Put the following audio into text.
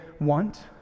want